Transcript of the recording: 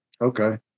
Okay